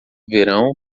verão